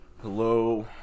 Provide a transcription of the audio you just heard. Hello